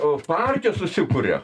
o partijos susikuria